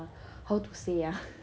how to say ah